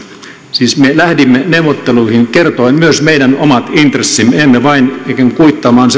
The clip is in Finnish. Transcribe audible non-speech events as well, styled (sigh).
siis me lähdimme neuvotteluihin kertoen myös meidän omat intressimme emme ikään kuin vain kuittaamaan (unintelligible)